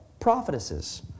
prophetesses